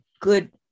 good